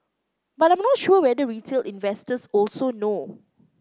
but I'm not sure whether retail investors also know